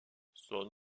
son